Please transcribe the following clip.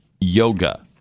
yoga